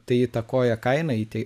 tai įtakoja kainą įtai